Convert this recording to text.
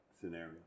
scenario